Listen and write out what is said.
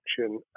action